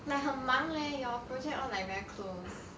like 很忙 leh your project all like very close